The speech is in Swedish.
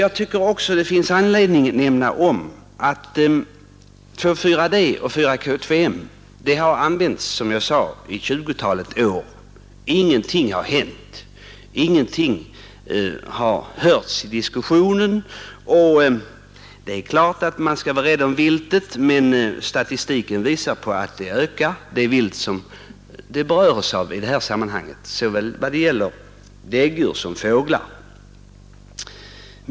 Jag tycker också det finns anledning att nämna att 2,4-D och 4 K,2,M som sagt har använts i ett tjugotal år. Ingenting har hänt, ingenting har hörts i diskussionen. Det är klart man skall vara rädd om viltet men statistiken visar att det vilt som berörs i detta sammanhang ökar i antal, såväl däggdjur som fåglar.